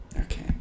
Okay